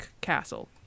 Castle